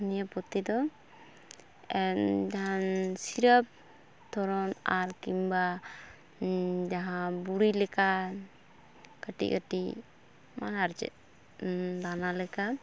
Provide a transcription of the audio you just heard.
homeopathy ᱫᱚ ᱮᱫᱻ ᱡᱟᱦᱟᱱ ᱥᱤᱨᱟᱹᱯ ᱫᱷᱚᱨᱚᱱ ᱟᱨ ᱠᱤᱢᱵᱟ ᱡᱟᱦᱟᱸ ᱵᱩᱲᱤ ᱞᱮᱠᱟᱱ ᱠᱟᱹᱴᱤᱡ ᱠᱟᱹᱴᱤᱡ ᱚᱱᱟ ᱟᱨᱪᱮᱫ ᱫᱟᱱᱟ ᱞᱮᱠᱟ